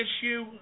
issue